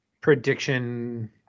prediction